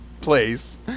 place